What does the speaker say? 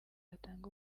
atange